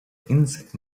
insect